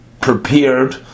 prepared